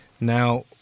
Now